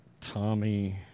Tommy